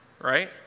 Right